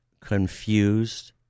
confused